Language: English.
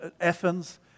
Athens